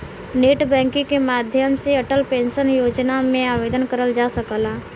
net banking के माध्यम से अटल पेंशन योजना में आवेदन करल जा सकला